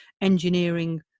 engineering